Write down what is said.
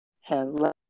Hello